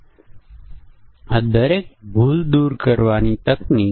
અને કેટલીકવાર આપણી અહીં ઘણી બધી બુલિયન સ્થિતિઓ છે